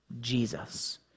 Jesus